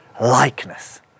likeness